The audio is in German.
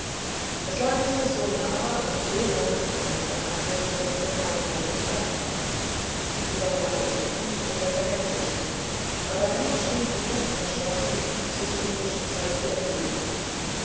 es lag dieses so nahe und so laut hatte man verhandelt daß ihr kein wort entgangen war sie war bleich und zitterte heftig aber dennoch schien sie fest entschlossen sich in ihr schicksal zu ergeben